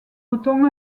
bretons